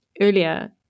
earlier